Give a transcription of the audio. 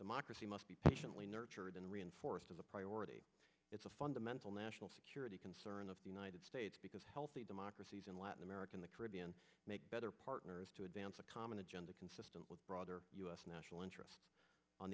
democracy must be patiently nurtured and reinforced as a priority it's a fundamental national security concern of the united states because healthy democracies in latin america in the caribbean make better partners to advance a common agenda consistent with broader u s national interest on